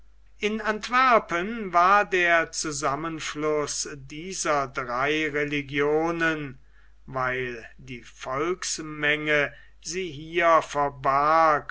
in antwerpen war der zusammenfluß dieser drei religionen weil die volksmenge sie hier